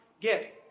get